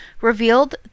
revealed